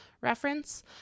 reference